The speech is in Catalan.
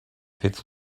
fet